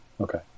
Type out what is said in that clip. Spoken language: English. Okay